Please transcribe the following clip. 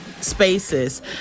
spaces